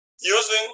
using